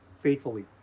faithfully